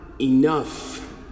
enough